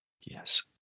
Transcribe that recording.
Yes